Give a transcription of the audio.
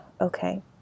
okay